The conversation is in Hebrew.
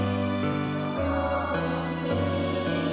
כבוד